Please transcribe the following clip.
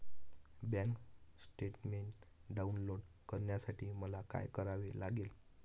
Bank statement download करण्यासाठी मला काय करावे लागेल?